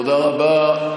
תודה רבה.